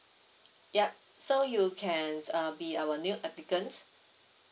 yup so you can uh be our new applicant